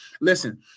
Listen